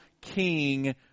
King